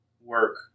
work